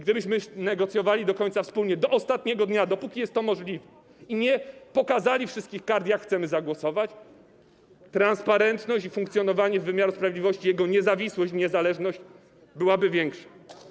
Gdybyśmy do końca negocjowali wspólnie, do ostatniego dnia, dopóki jest to możliwe i nie pokazali wszystkich kart, jak chcemy zagłosować, transparentność i funkcjonowanie wymiaru sprawiedliwości, jego niezawisłość i niezależność byłyby większe.